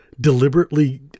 deliberately